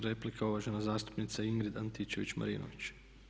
Replika, uvažena zastupnica Ingrid Antičević Marinović.